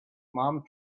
mom